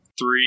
three